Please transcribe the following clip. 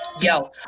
Yo